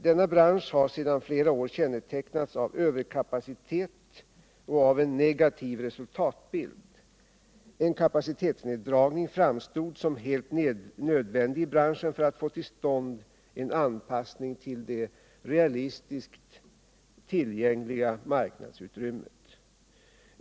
Denna bransch har sedan flera år kännetecknats av överkapacitet och negativ resultatbild. En kapacitetsneddragning framstod som helt nödvändig för att få till stånd en anpassning till det realistiskt tillgängliga marknadsutrymmet.